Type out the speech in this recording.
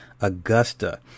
augusta